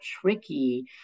tricky